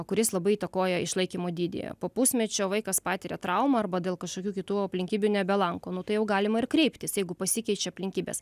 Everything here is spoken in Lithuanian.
kuris labai įtakoja išlaikymo dydį po pusmečio vaikas patiria traumą arba dėl kažkokių kitų aplinkybių nebelanko nu tai jau galima ir kreiptis jeigu pasikeičia aplinkybės